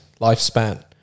lifespan